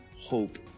hope